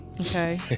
Okay